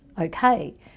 okay